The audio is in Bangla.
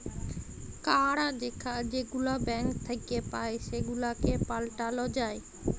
কাড় যেগুলা ব্যাংক থ্যাইকে পাই সেগুলাকে পাল্টাল যায়